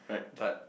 but